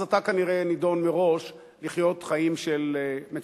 אז אתה כנראה נידון מראש לחיות חיים של מצוקה.